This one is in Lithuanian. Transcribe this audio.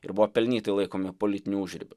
ir buvo pelnytai laikomi politiniu užribiu